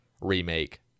remake